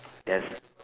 there's